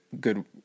good